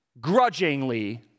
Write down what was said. grudgingly